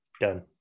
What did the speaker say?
Done